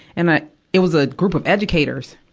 and ah it was a group of educators.